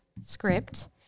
script